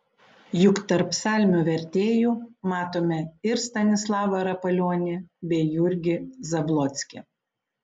juk tarp psalmių vertėjų matome ir stanislavą rapalionį bei jurgį zablockį